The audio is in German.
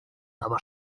aber